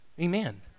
Amen